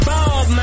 Bob